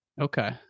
okay